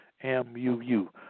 M-U-U